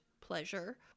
pleasure